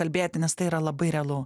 kalbėti nes tai yra labai realu